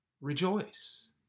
rejoice